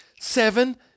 Seven